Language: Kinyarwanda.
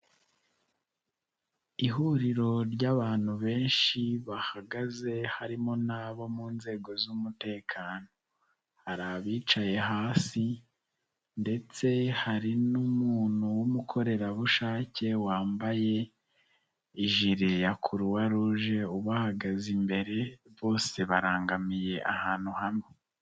Ihuriro ry'abantu benshi bahagaze harimo n'abo mu nzego z'umutekano. Hari abicaye hasi ndetse hari n'umuntu w'umukorerabushake wambaye ijile ya Croix Rouge ubahagaze imbere, bose barangamiye ahantu hamwe.